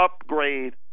upgrade